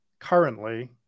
currently